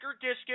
Discus